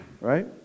Right